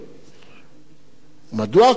מדוע הכול נעשה במעטה של חשאיות?